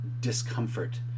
discomfort